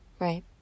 right